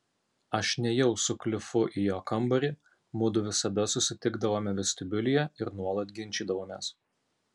aš nėjau su klifu į jo kambarį mudu visada susitikdavome vestibiulyje ir nuolat ginčydavomės